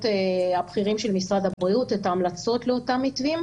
הבכירים של משרד הבריאות את ההמלצות לאותם מתווים,